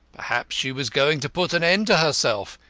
perhaps she was going to put an end to herself.